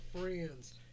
friends